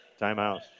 timeout